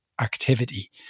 activity